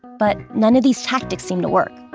but none of these tactics seem to work.